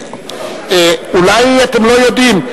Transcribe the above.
אולי אתם לא יודעים.